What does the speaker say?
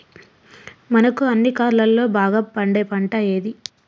మనకు అన్ని కాలాల్లో బాగా పండే పంట ఏది?